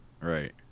Right